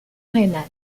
rénale